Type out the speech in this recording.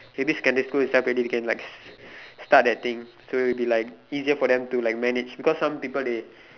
maybe secondary school itself already they can like s~ start their thing so it will be like easier for them to manage because some people they